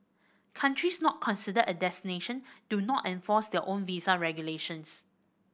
countries not considered a destination do not enforce their own visa regulations